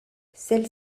celle